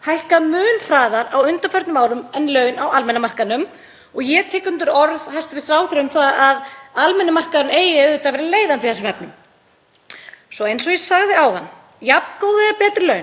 Svo eins og ég sagði áðan: Jafn góð eða betri laun, mun meira starfsöryggi og stytting vinnuvikunnar. Hið opinbera er farið að bjóða betur en einkageirinn og það